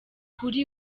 kuri